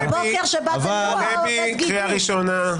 --- דבי, קריאה ראשונה.